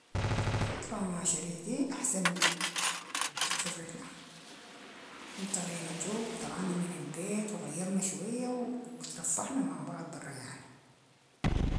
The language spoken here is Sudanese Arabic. حاطلع مع شريكي احسن في الرحلة، كون تغير الجو طلعنا من البيت و غيرنا شوية و اترفهنا مع بعض برا يعني.